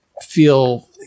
feel